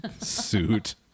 suit